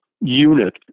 unit